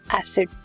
acid